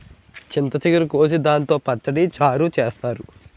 చింత చిగురు కోసి దాంతో పచ్చడి, చారు చేత్తారు